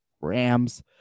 Rams